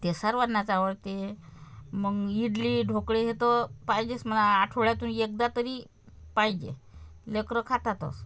ते सर्वांनाच आवडते मग मी इडली ढोकळे तर पाहिजेच मग आठवड्यातून एकदा तरी पाहिजे लेकरं खातातच